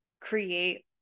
create